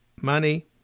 money